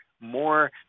more